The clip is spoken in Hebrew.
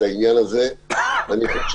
לדעתי